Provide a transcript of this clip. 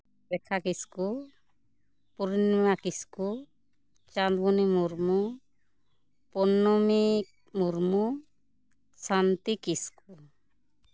ᱨᱮᱠᱷᱟ Kisku Purnima Kisku Chandmoni Murmu Purnomi Murmu Santi Kisku